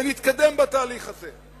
ונתקדם בתהליך הזה.